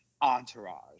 entourage